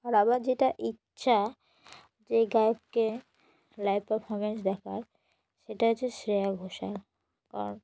আর আবার যেটা ইচ্ছা যে গায়ককে লাইভ পারফরম্যান্স দেখার সেটা হচ্ছে শ্রেয়া ঘোষাল কারণ